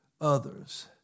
others